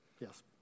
Yes